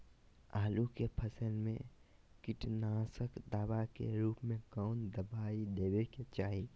आलू के फसल में कीटनाशक दवा के रूप में कौन दवाई देवे के चाहि?